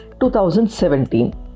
2017